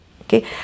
Okay